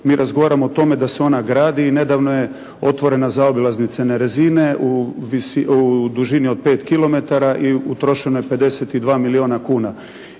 mi razgovaramo o tome da se ona gradi i nedavno je otvorena zaobilaznica Nerezine u dužini od 5 kilometara i utrošeno je 52 milijuna kuna